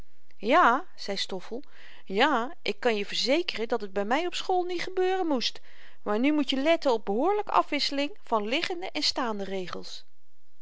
ja zei stoffel ja ik kan je verzekeren dat het by my op school niet gebeuren moest maar nu moet je letten op behoorlyke afwisseling van liggende en staande regels